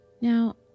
Now